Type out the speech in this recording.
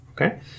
okay